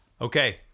Okay